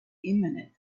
imminent